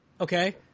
Okay